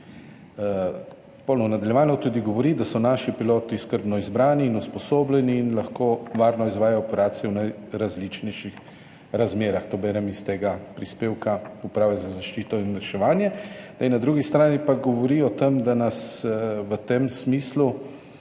V nadaljevanju tudi govori, da so naši piloti skrbno izbrani in usposobljeni in lahko varno izvajajo operacije v najrazličnejših razmerah. To berem iz tega prispevka Uprave za zaščito in reševanje. Na drugi strani pa govorijo o tem, da nas v tem smislu